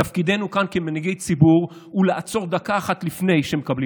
תפקידנו כאן כמנהיגי ציבור הוא לעצור דקה אחת לפני שמקבלים